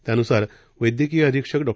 त्यानुसारवैद्यकीयअधिक्षकडॉ